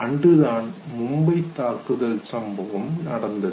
அன்றுதான் மும்பைத் தாக்குதல் சம்பவம் நடந்தது